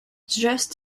just